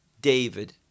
David